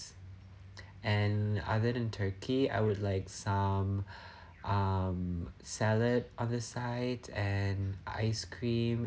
and other than turkey I would like some um salad on the side and ice cream